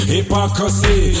Hypocrisy